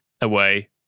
away